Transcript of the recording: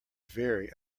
very